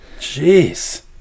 jeez